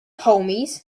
homies